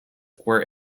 were